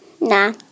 Nah